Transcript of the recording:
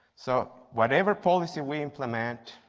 so whatever policy we implement,